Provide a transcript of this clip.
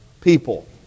people